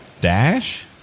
Dash